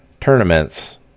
tournaments